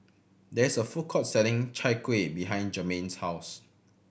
there is a food court selling Chai Kuih behind Jermain's house